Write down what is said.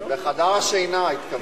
בחדר השינה, התכוונת.